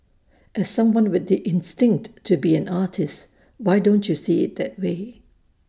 as someone with the instinct to be an artist why don't you see IT that way